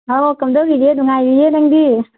ꯅꯪꯕꯨ ꯀꯝꯗꯧꯔꯤꯒꯦ ꯅꯨꯡꯉꯥꯏꯔꯤꯌꯦ ꯅꯪꯗꯤ